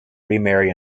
remarry